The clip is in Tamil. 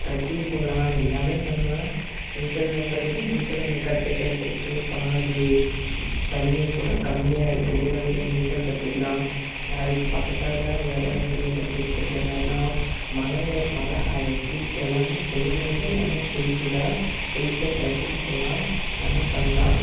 ட்ரக்கிங் போகலாம் எல்லாமே பண்ணலாம் நீச்சல் பண்ணுறதுக்கு நீச்சல் அங்கே கத்துக்கிறதுக்கு பாதி தண்ணி கூட கம்மியாக இருக்குது அதில் நீச்சல் கத்துக்கலாம் அதுக்கு பக்கத்தால் இடம் இருக்குது அதில் கிரிக்கெட் விளாடலாம் மலை மலை அந்த ஹில்ஸ் எல்லாமே கொல்லிமலையில் எல்லாமே ஹில்ஸ் தான் ஹில்ஸ்ல ட்ரக்கிங் போகலாம் எல்லாமே பண்ணலாம்